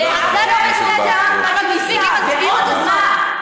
זה לא בסדר, אבל מספיק עם הצביעות הזאת.